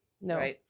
No